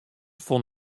fûn